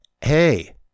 hey